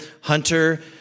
Hunter